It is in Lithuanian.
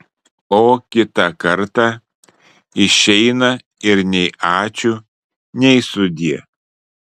o kitą kartą išeina ir nei ačiū nei sudie